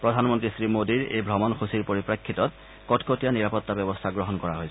প্ৰধানমন্ত্ৰী শ্ৰীমোডীৰ এই ভ্ৰমণসচীৰ পৰিপ্ৰেক্ষিতত কটকট্টয়া নিৰাপত্তা ব্যৱস্থা গ্ৰহণ কৰা হৈছে